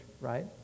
right